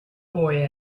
boy